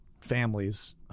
families